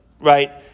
right